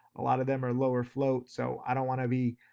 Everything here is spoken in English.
a lot of them are lower float. so i don't wanna be,